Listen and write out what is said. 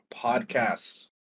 podcast